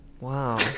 Wow